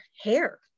hair